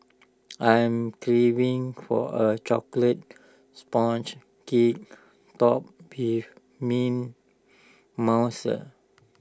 I'm craving for A Chocolate Sponge Cake Topped Mint Mousse